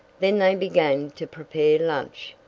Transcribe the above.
then they began to prepare lunch,